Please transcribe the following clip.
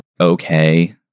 okay